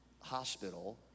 Hospital